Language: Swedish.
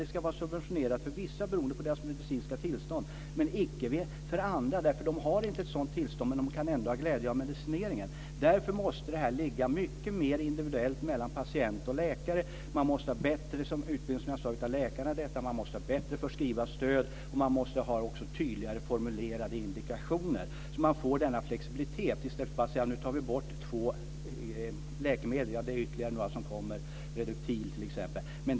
Det ska vara subventionerat för vissa beroende på deras medicinska tillstånd men inte för andra, för de har inte ett sådant tillstånd. Men de kan ändå ha glädje av medicineringen. Därför måste det här ligga mycket mer individuellt mellan patient och läkare. Man måste ha bättre utbildning av läkare. Man måste ha bättre förskrivarstöd. Man måste också ha tydligare formulerade indikationer så att vi får denna flexibilitet i stället för att säga att nu tar vi helt bort två läkemedel - ja, det är ytterligare några som kommer, Reduktil t.ex.